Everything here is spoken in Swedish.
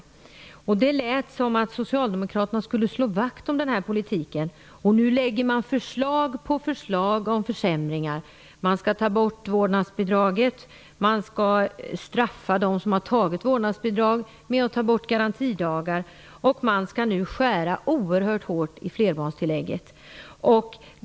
Det lät under valrörelsen som att socialdemokraterna skulle slå vakt om den här politiken. Nu lägger man fram förslag efter förslag till försämringar. Man skall ta bort vårdnadsbidraget och genom att ta bort garantidagar straffa dem som som har utnyttjat det. Man skall nu skära oerhört hårt i flerbarnstillägget.